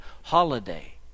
holiday